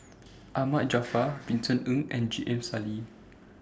Ahmad Jaafar Vincent Ng and J M Sali